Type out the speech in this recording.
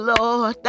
Lord